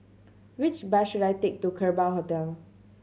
which bus should I take to Kerbau Hotel